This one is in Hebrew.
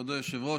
כבוד היושב-ראש,